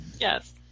Yes